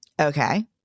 Okay